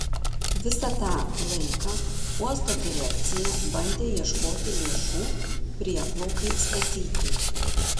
visą tą laiką uosto direkcija bandė ieškoti lėšų prieplaukai statyti